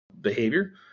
behavior